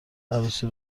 عروسی